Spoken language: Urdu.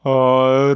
اور